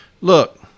Look